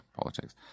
politics